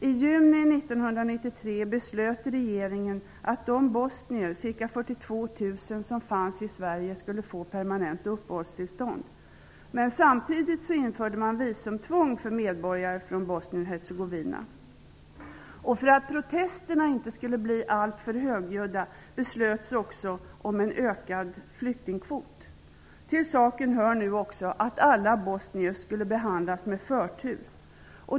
I juni 1993 beslöt regeringen att de bosnier, ca 42 000, som fanns i Sverige skulle få permanent uppehållstillstånd. Samtidigt infördes visumtvång för medborgare från Bosnien Hercegovina. För att protesterna inte skulle bli alltför högljudda beslöt man också om en ökad flyktingkvot. Till saken hör att alla bosnier skulle behandlas med förtur.